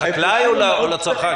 לחקלאי או לצרכן?